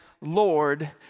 Lord